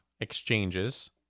exchanges